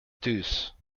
deuce